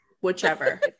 whichever